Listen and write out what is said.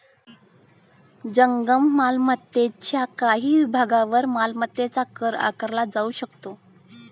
जंगम मालमत्तेच्या काही विभागांवर मालमत्ता कर आकारला जाऊ शकतो